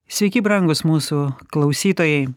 sveiki brangūs mūsų klausytojai